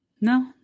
No